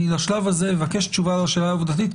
ואני בשלב הזה אבקש תשובה לשאלה העובדתית,